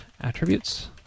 attributes